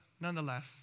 nonetheless